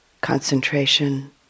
Concentration